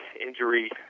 injury